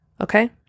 okay